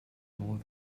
more